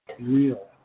real